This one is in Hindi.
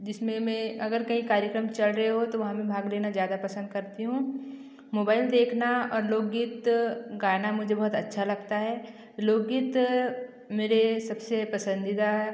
जिसमें मैं अगर कहीं कार्यक्रम चल रहे हो तो वहाँ में भाग लेना ज़्यादा पसंद करती हूँ मुबैल देखना और लोकगीत गाना मुझे बहुत अच्छा लगता है लोकगीत मेरे सबसे पसंदीदा है